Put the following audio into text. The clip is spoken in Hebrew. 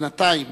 בינתיים,